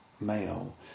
male